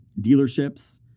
dealerships